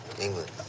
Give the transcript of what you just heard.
England